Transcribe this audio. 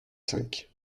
cinq